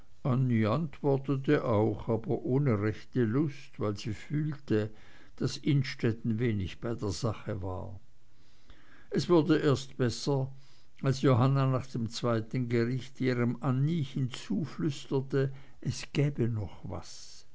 antwortete auch aber ohne rechte lust weil sie fühlte daß innstetten wenig bei der sache war es wurde erst besser als johanna nach dem zweiten gericht ihrem anniechen zuflüsterte es gäbe noch was